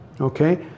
okay